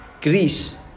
greece